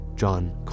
John